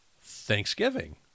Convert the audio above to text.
Thanksgiving